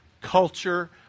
culture